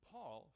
Paul